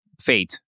fate